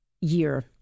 year